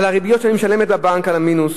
על הריביות שאני משלמת בבנק על המינוס,